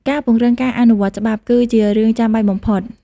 ការពង្រឹងការអនុវត្តច្បាប់ គឺជារឿងចាំបាច់បំផុត។